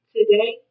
Today